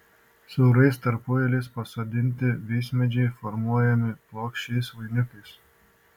siaurais tarpueiliais pasodinti vaismedžiai formuojami plokščiais vainikais